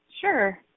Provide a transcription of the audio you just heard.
Sure